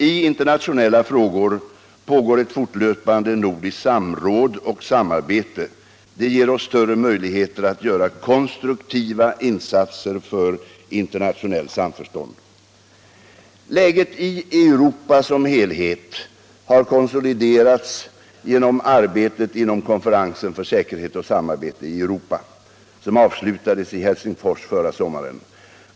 I internationella frågor pågår ett fortlöpande nordiskt samråd och samarbete. Det ger oss större möjligheter att göra konstruktiva insatser för internationellt samförstånd. Läget i Europa som helhet har konsoliderats genom arbetet inom konferensen om säkerhet och samarbete i Europa, som avslutades i Helsingfors förra sommaren.